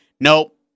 Nope